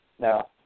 Now